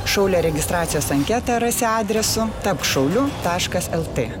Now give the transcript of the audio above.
šaulio registracijos anketą rasi adresu tapk šauliu taškas lt